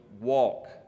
walk